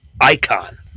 icon